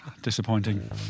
Disappointing